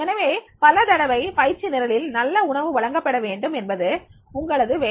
எனவே பலதடவை பயிற்சி நிரலில் நல்ல உணவு வழங்கப்பட வேண்டும் என்பது உங்களது வேலை